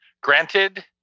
granted